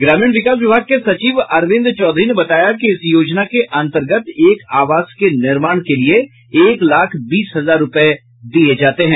ग्रामीण विकास विभाग के सचिव अरविंद चौधरी ने बताया कि इस योजना के अन्तर्गत एक आवास के निर्माण के लिए एक लाख बीस हजार रूपये दिये जाते हैं